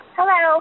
Hello